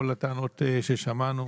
כל הטענות ששמענו,